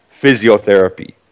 physiotherapy